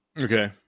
Okay